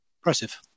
impressive